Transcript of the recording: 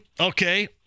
okay